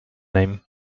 name